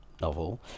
novel